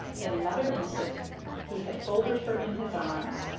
in another instant he had folded her in his arms,